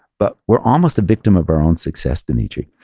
but we're almost a victim of our own success, demetri.